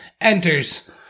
enters